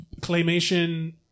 Claymation